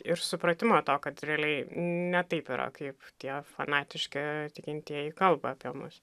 ir supratimo to kad realiai ne taip yra kaip tie fanatiški tikintieji kalba apie mus